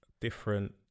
different